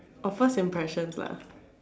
or first impression lah